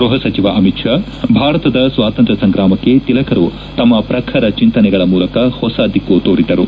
ಗೃಹ ಸಚಿವ ಅಮಿತ್ ಶಾ ಭಾರತದ ಸ್ವಾತಂತ್ರ್ಯ ಸಂಗ್ರಾಮಕ್ಕೆ ತಿಲಕರು ತಮ್ಮ ಪ್ರಖರ ಚಿಂತನೆಗಳ ಮೂಲಕ ಹೊಸ ದಿಕ್ಕು ತೋರಿದ್ದರು